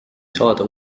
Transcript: saada